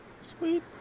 Sweet